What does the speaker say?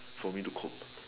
for me to cope